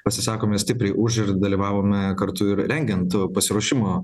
pasisakome stipriai už ir dalyvavome kartu ir rengiant pasiruošimo